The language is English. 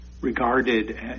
regarded